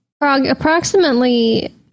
Approximately